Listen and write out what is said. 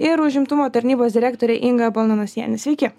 ir užimtumo tarnybos direktore inga balnanosiene sveiki